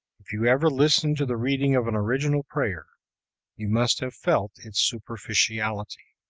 if you ever listened to the reading of an original prayer you must have felt its superficiality.